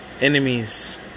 Enemies